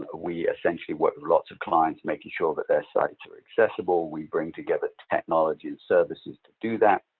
we essentially work with lots of clients making sure that their sites are accessible. we bring together technology and services to do that.